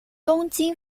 东京